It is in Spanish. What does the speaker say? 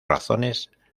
razones